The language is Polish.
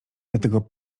dlatego